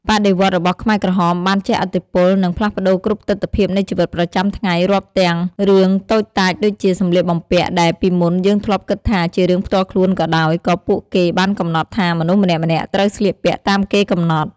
បដិវត្តន៍របស់ខ្មែរក្រហមបានជះឥទ្ធិពល និងផ្លាស់ប្ដូរគ្រប់ទិដ្ឋភាពនៃជីវិតប្រចាំថ្ងៃ រាប់ទាំងរឿងតូចតាចដូចជា សម្លៀកបំពាក់ ដែលពីមុនយើងធ្លាប់គិតថាជារឿងផ្ទាល់ខ្លួនក៏ដោយ គឺពួកគេបានកំណត់ថាមនុស្សម្នាក់ៗ ត្រូវស្លៀកពាក់តាមគេកំណត់។